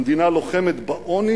המדינה לוחמת בעוני